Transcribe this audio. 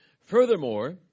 Furthermore